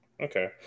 Okay